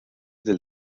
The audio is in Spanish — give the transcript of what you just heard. del